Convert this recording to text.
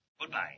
Goodbye